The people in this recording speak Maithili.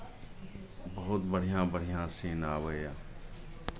बहुत बढ़िआँ बढ़िआँ सीन आबैए